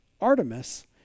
Artemis